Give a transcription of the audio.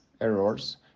errors